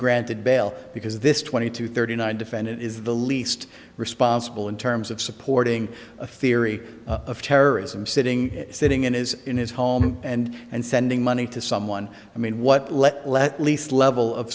granted bail because this twenty to thirty nine defendant is the least responsible in terms of supporting a theory of terrorism sitting sitting in his in his home and and sending money to someone i mean what let's let least level of